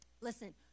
Listen